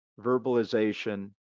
verbalization